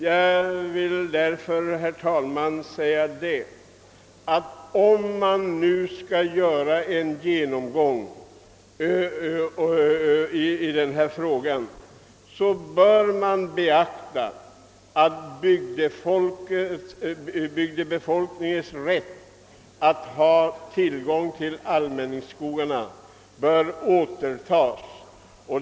Jag vill därför, herr talman, säga att man, om det nu skall göras en Översyn av denna fråga, bör se till att ortsbefolkningens rätt att få tillgång till allmänningsskogarna återinföres.